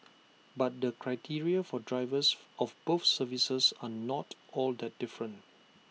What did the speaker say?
but the criteria for drivers of both services are not all that different